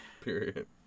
Period